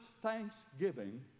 Thanksgiving